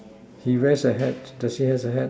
he wears the hat the she has a hat